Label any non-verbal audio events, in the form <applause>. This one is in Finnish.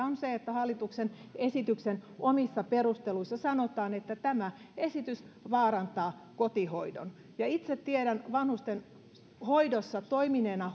<unintelligible> on se että hallituksen esityksen omissa perusteluissa sanotaan että tämä esitys vaarantaa kotihoidon itse tiedän vanhustenhoidossa toimineena <unintelligible>